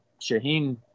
Shaheen